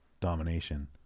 Domination